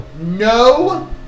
no